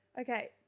Okay